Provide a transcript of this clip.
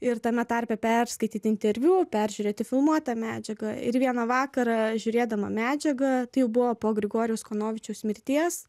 ir tame tarpe perskaityti interviu peržiūrėti filmuotą medžiagą ir vieną vakarą žiūrėdama medžiagą tai jau buvo po grigorijaus kanovičiaus mirties